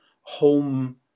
home